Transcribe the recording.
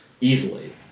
easily